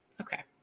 Okay